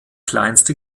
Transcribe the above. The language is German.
kleinste